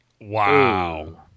Wow